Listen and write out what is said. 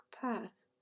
path